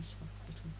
hospital